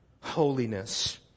holiness